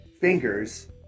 fingers